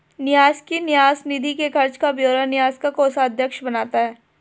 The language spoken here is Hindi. न्यास की न्यास निधि के खर्च का ब्यौरा न्यास का कोषाध्यक्ष बनाता है